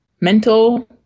mental